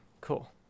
cool